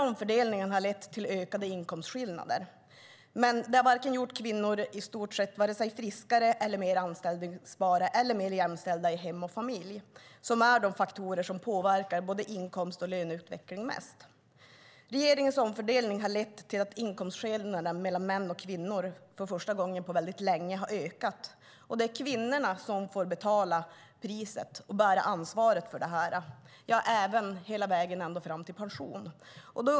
Omfördelningen har lett till ökade inkomstskillnader men har inte gjort kvinnor friskare, mer anställbara eller mer jämställda i hem och familj - de faktorer som påverkar både inkomst och löneutveckling mest. Regeringens omfördelning har lett till att inkomstskillnaden mellan män och kvinnor för första gången på länge har ökat, och det är kvinnorna som får betala priset och bära ansvaret för detta hela vägen fram till pension.